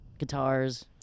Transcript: guitars